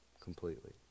completely